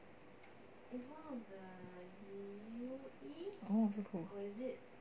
okay cool